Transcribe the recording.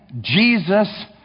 Jesus